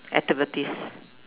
activities